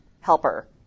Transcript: helper